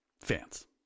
fans